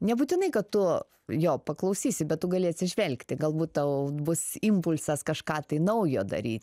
nebūtinai kad tu jo paklausysi bet tu gali atsižvelgti galbūt tau bus impulsas kažką tai naujo daryt